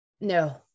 No